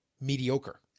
mediocre